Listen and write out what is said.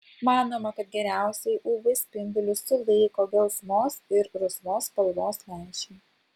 manoma kad geriausiai uv spindulius sulaiko gelsvos ir rusvos spalvos lęšiai